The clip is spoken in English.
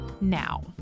now